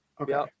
Okay